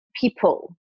people